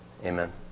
Amen